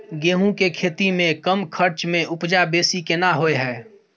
गेहूं के खेती में कम खर्च में उपजा बेसी केना होय है?